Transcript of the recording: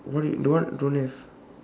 one don't have